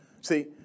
See